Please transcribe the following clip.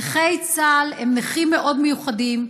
נכי צה"ל הם נכים מאוד מיוחדים.